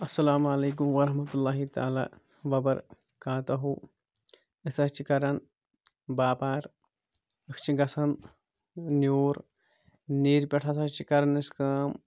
اَسَلام علیکُم ورحمتُہ اللہ تعالٰی وَبَرکاتَہُ أسۍ حظ چھِ کَران باپار أسۍ چھِ گژھان نیوٗر نیٖرِ پٮ۪ٹھ ہَسا چھِ کَران أسۍ کٲم